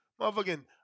Motherfucking